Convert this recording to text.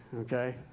Okay